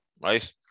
right